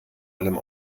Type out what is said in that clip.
allem